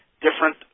different